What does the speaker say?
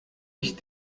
ich